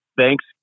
thanks